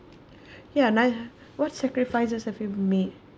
ya nice !huh! what sacrifices have you made